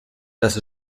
dass